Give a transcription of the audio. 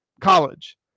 college